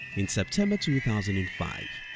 in september two thousand and five,